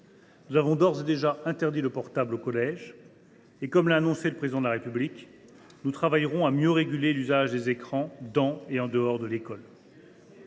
Nous avons d’ores et déjà interdit le portable au collège. Comme l’a annoncé le Président de la République, nous travaillerons à mieux réguler l’usage des écrans dans et en dehors de l’école.